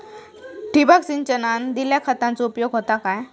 ठिबक सिंचनान दिल्या खतांचो उपयोग होता काय?